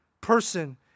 person